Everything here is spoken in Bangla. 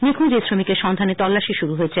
নিখোঁজ এই শ্রমিকের সন্ধ্যানে তল্লাসী শুরু হয়েছে